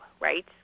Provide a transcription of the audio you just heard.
right